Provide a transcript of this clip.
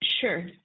Sure